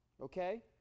okay